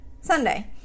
Sunday